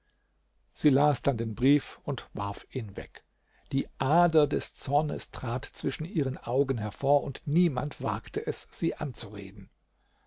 sie las dann den brief und warf ihn weg die ader des zornes trat zwischen ihren augen hervor und niemand wagte es sie anzureden